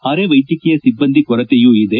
ಅರೆ ವೈದ್ಯಕೀಯ ಸಿಬ್ಬಂದಿ ಕೊರತೆಯೂ ಇದೆ